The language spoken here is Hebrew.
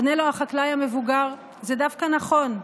עונה לו החקלאי המבוגר: זה דווקא נכון.